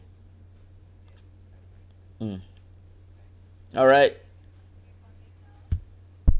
mm alright